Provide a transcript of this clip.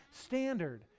standard